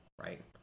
right